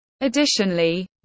Additionally